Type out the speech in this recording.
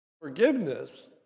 Forgiveness